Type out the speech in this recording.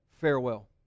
Farewell